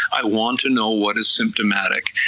i want to know what is symptomatic,